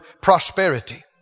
prosperity